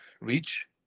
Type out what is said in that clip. reach